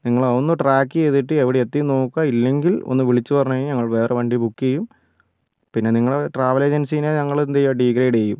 നിങ്ങൾ അതൊന്ന് ട്രാക്ക് ചെയ്തിട്ട് എവിടെ എത്തി എന്ന് നോക്കുക ഇല്ലെങ്കിൽ ഒന്ന് വിളിച്ചു പറഞ്ഞുകഴിഞ്ഞാൽ ഞങ്ങൾ വേറെ വണ്ടി ബുക്ക് ചെയ്യും പിന്നെ നിങ്ങളെ ട്രാവൽ ഏജൻസീനെ ഞങ്ങൾ എന്ത് ചെയ്യുക ഡീഗ്രേഡ് ചെയ്യും